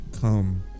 come